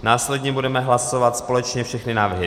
Následně budeme hlasovat společně všechny návrhy C.